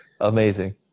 amazing